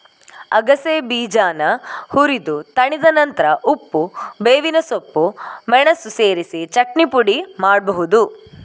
ಅಗಸೆ ಬೀಜಾನ ಹುರಿದು ತಣಿದ ನಂತ್ರ ಉಪ್ಪು, ಬೇವಿನ ಸೊಪ್ಪು, ಮೆಣಸು ಸೇರಿಸಿ ಚಟ್ನಿ ಪುಡಿ ಮಾಡ್ಬಹುದು